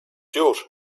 już